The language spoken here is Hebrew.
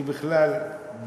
כשבכלל,